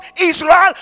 Israel